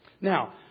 Now